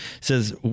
says